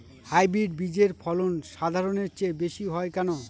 Hybrid বীজের ফলন সাধারণের চেয়ে বেশী হয় কেনো?